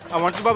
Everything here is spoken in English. i will